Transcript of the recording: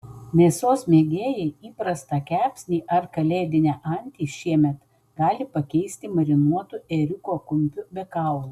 mėsos mėgėjai įprastą kepsnį ar kalėdinę antį šiemet gali pakeisti marinuotu ėriuko kumpiu be kaulų